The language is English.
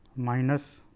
minus